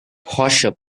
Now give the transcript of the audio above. posher